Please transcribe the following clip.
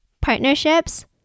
partnerships